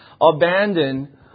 abandon